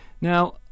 Now